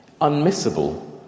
unmissable